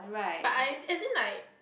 but I isn't like